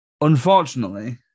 Unfortunately